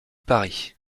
paris